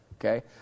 Okay